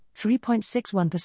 3.61%